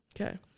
Okay